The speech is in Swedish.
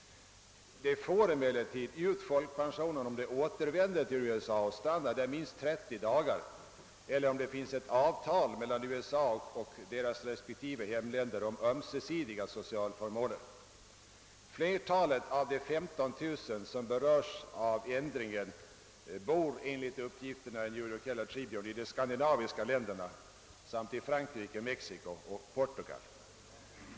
De får emellertid ut folkpensionen, om de återvänder till USA och stannar där minst 30 dagar eller om det finns ett avtal mellan USA och deras respektive hemländer om ömsesidiga socialförmåner. Flertalet av de 15 000 som berörs av ändringen bor enligt uppgifterna i New York Herald Tribune i de skandinaviska länderna samt i Frankrike, Mexiko och Portugal.